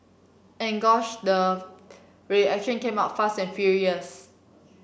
and gosh the reaction came out fast and furious